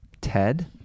ted